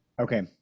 Okay